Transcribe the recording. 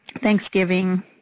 Thanksgiving